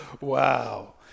Wow